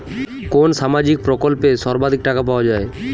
কোন সামাজিক প্রকল্পে সর্বাধিক টাকা পাওয়া য়ায়?